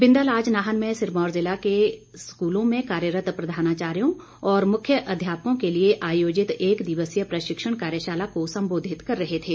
बिंदल आज नाहन में सिरमौर ज़िला के स्कूलों में कार्यरत प्रधानाचार्यों और मुख्य अध्यापकों के लिए आयोजित एक दिवसीय प्रशिक्षण कार्यशाला को संबोधित कर रहे थे